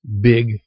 big